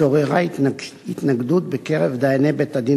התעוררה התנגדות בקרב דייני בית-הדין